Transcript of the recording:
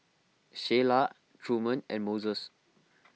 Sheila Truman and Moses